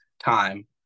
time